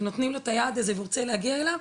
נותנים לו את היעד הזה והוא צריך להגיע אליו,